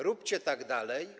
Róbcie tak dalej.